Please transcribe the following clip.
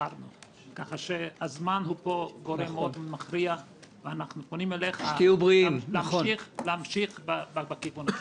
כך שהזמן פה הוא גורם מאוד מכריע ואנחנו פונים אליך להמשיך בכיוון הזה.